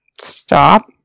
Stop